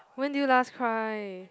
when did you last cry